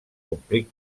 complir